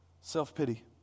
Self-pity